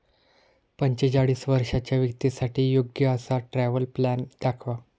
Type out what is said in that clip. पंचेचाळीस वर्षांच्या व्यक्तींसाठी योग्य असा ट्रॅव्हल प्लॅन दाखवा